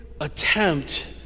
attempt